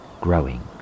growing